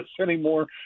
anymore